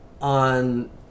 on